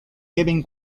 deben